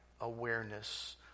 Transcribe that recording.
awareness